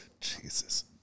Jesus